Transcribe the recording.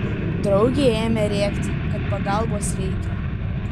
draugė ėmė rėkti kad pagalbos reikia